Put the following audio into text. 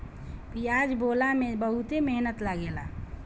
पियाज बोअला में बहुते मेहनत लागेला